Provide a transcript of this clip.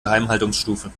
geheimhaltungsstufe